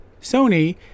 Sony